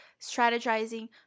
strategizing